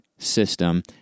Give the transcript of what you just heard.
system